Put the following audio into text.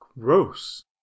gross